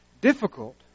Difficult